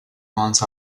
month